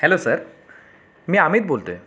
hello sir मी अमित बोलतो आहे